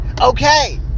Okay